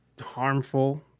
harmful